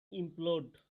implode